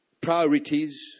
priorities